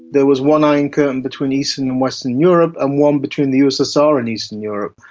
there was one iron curtain between eastern and western europe and one between the ussr and eastern europe.